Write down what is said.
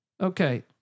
Okay